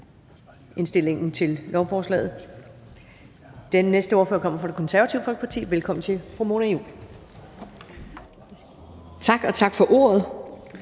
indstillingen til lovforslaget. Den næste ordfører kommer fra Det Konservative Folkeparti. Velkommen til fru Mona Juul. Kl. 15:45 (Ordfører)